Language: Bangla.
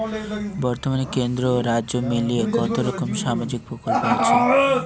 বতর্মানে কেন্দ্র ও রাজ্য মিলিয়ে কতরকম সামাজিক প্রকল্প আছে?